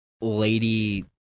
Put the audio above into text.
Lady